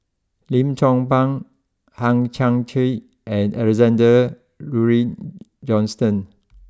Lim Chong Pang Hang Chang Chieh and Alexander Laurie Johnston